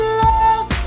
love